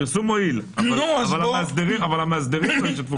הפרסום מועיל, אבל המאסדרים לא ישתפו פעולה.